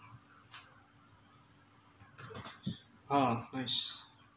ah nice